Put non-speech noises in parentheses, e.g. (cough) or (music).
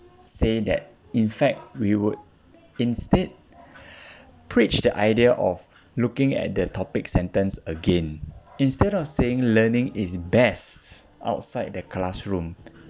say that in fact we would instead (breath) preach the idea of looking at the topic sentence again instead of saying learning is best outside the classroom